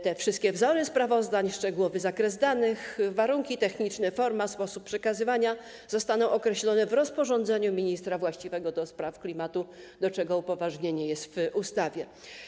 Te wszystkie wzory sprawozdań, szczegółowy zakres danych, warunki techniczne, forma i sposób przekazywania zostaną określone w rozporządzeniu ministra właściwego ds. klimatu, do czego upoważnienie zawarte jest w ustawie.